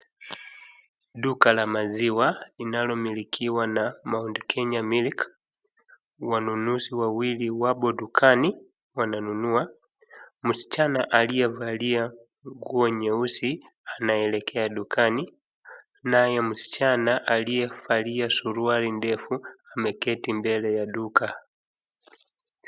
Duka la maziwa linalomolikiwa na mount Kenya milk , wanunuzi wawili wapo dukani wananunua, msichana mmoja aliyevalia nguo nyeusi anaelekea dukani nayo msichana aliyevalia suruari ndefu ameketi mbele ya duka.